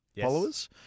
followers